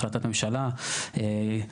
החלטת ממשלה,